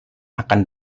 akan